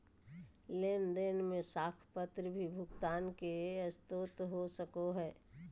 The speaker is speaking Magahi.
लेन देन में साख पत्र भी भुगतान के स्रोत हो सको हइ